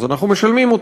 אז אנחנו משלמים אותו,